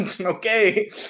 Okay